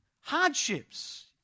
hardships